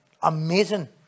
amazing